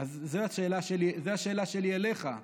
זו השאלה שלי אליך.